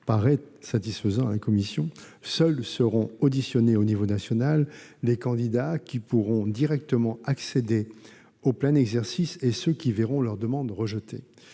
paraît satisfaisant à la commission : seuls seront auditionnés au niveau national les candidats qui pourront directement accéder au plein exercice et ceux qui verront leur demande rejetée.